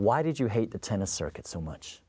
why did you hate the tennis circuit so much